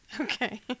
Okay